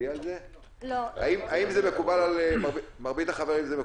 מקובל על מרבית החברים?